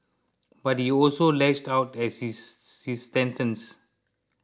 but he also lashed out as his his sentence